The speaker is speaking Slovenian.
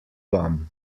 vam